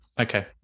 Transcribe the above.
okay